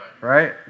right